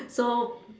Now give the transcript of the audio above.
so